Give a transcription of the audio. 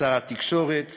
שר התקשורת,